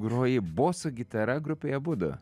groji boso gitara grupėje abudu